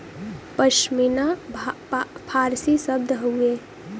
पश्मीना फारसी शब्द हउवे